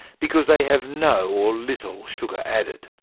because they have no or little sugar added.